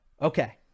Okay